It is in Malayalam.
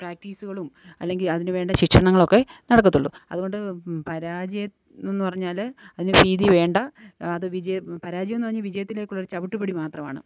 പ്രാക്ടീസുകളും അല്ലെങ്കില് അതിനുവേണ്ട ശിക്ഷണങ്ങളൊക്കെ നടക്കത്തുള്ളൂ അതുകൊണ്ട് പരാജയം എന്നുപറഞ്ഞാല് അതിന് ഭീതി വേണ്ട അത് വിജയ പരാജയമെന്നു പറഞ്ഞാല് വിജയത്തിലേക്കുള്ള ഒരു ചവിട്ടു പടി മാത്രമാണ്